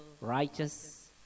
righteous